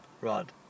Rod